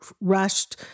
rushed